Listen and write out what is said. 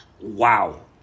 Wow